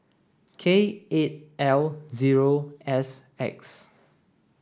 K eight L zero S X